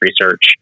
research